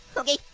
okay,